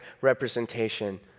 representation